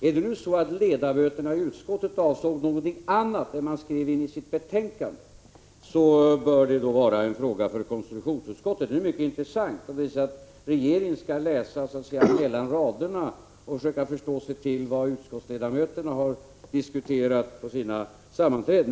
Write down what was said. Är det nu så att ledamöterna i utskottet avsåg något annat än det man skrev in i sitt betänkande, bör det vara en fråga för konstitutionsutskottet. Det är ju mycket intressant om regeringen så att säga skall läsa mellan raderna och försöka sluta sig till vad utskottsledamöterna har diskuterat på sina sammanträden.